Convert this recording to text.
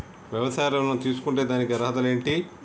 వ్యవసాయ ఋణం తీసుకుంటే దానికి అర్హతలు ఏంటి?